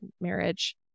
marriage